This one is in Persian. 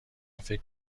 فکر